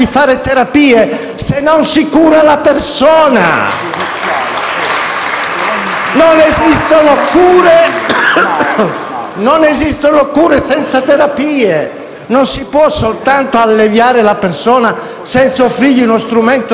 Non esistono cure senza terapie; non si può soltanto alleviare la persona senza offrirgli uno strumento ragionevole e consolidato di miglioramento, di guarigione.